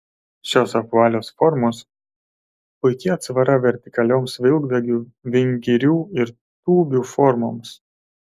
šios apvalios formos puiki atsvara vertikalioms vilkdalgių vingirių ir tūbių formoms